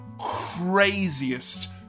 craziest